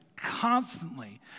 constantly